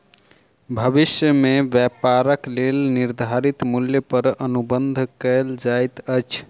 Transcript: भविष्य में व्यापारक लेल निर्धारित मूल्य पर अनुबंध कएल जाइत अछि